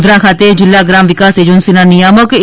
ગોધરા ખાતે જિલ્લા ગ્રામ વિકાસ એજન્સીના નિયામક એ